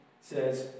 says